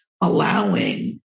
allowing